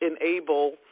enable